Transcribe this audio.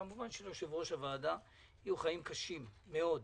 יושב-ראש הוועדה יהיו חיים קשים מאד,